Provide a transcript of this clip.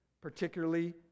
particularly